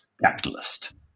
capitalist